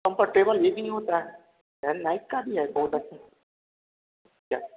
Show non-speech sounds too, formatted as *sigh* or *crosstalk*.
comfortable यह भी होता है यहाँ नाइक का भी बहुत अच्छा *unintelligible*